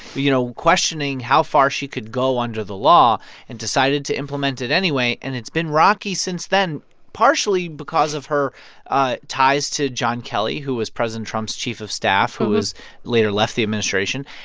you know, questioning how far she could go under the law and decided to implement it anyway. and it's been rocky since then, partially because of her ah ties to john kelly, who was president trump's chief of staff who was later left the administration,